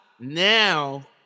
now